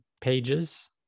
pages